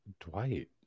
Dwight